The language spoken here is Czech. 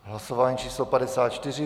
Hlasování číslo 54.